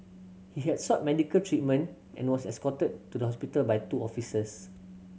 he had sought medical treatment and was escorted to the hospital by two officers